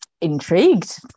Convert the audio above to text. Intrigued